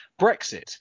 Brexit